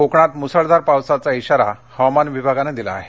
कोकणात मुसळधार पावसाचा ध्वारा हवामान विभागानं दिला आहे